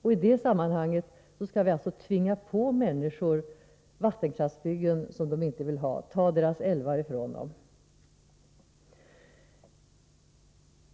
I det läget skall man alltså tvinga på människor vattenkraftsbyggen som de inte vill ha, ta deras älvar ifrån dem.